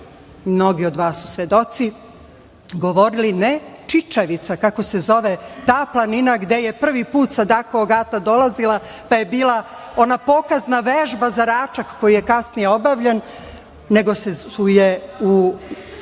mnogi od vas su govorili ne Čičavica, kako se zove ta planina gde je prvi put Sadako Ogata dolazila, pa je bila ona pokazna vežba za Račak, koje je kasnije obavljen, nego su je u